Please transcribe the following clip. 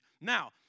Now